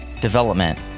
development